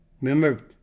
Remember